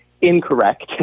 Incorrect